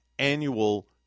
annual